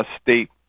state